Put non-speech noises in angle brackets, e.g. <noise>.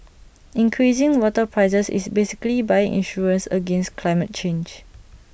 increasing water prices is basically buying insurance against climate change <noise>